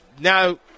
Now